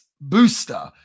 Booster